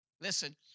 Listen